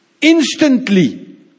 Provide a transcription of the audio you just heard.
Instantly